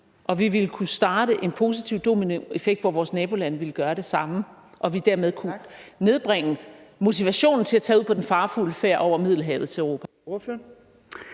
og vi ville kunne starte en positiv dominoeffekt, hvor vores nabolande ville gøre det samme, og vi dermed kunne nedbringe motivationen til at tage ud på den farefulde færd over Middelhavet til Europa.